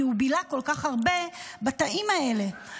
כי הוא בילה כל כך הרבה בתאים האלה.